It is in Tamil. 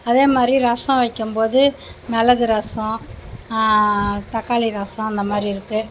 அதே மாதிரி ரசம் வைக்கும் போது மிளகு ரசம் தக்காளி ரசம் அந்த மாதிரி இருக்குது